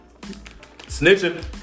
Snitching